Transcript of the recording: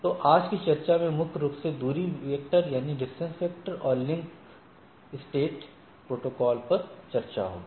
तो आज की चर्चा मुख्य रूप से डिस्टेंस वेक्टर और लिंक स्टेट प्रोटोकॉल पर होगी